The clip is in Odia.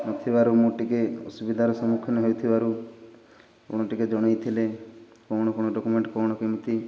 ନଥିବାରୁ ମୁଁ ଟିକେ ଅସୁବିଧାର ସମ୍ମୁଖୀନ ହେଇଥିବାରୁ ଆପଣ ଟିକେ ଜଣାଇ ଥିଲେ କ'ଣ କ'ଣ ଡକ୍ୟୁମେଣ୍ଟ କ'ଣ କେମିତି